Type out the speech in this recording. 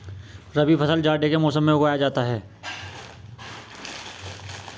रबी फसल जाड़े के मौसम में उगाया जाता है